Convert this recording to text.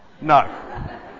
No